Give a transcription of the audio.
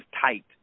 tight